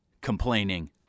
complaining